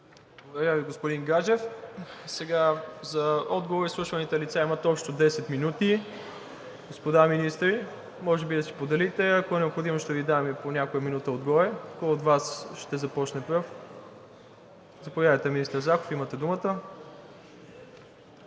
Благодаря Ви, господин Гаджев. Сега за отговор, изслушваните лица имат общо 10 минути. Господа министри, може би да си ги поделите? Ако е необходимо, ще Ви давам и по някоя минута отгоре. Кой от Вас ще започне пръв? Заповядайте, министър Заков, имате думата.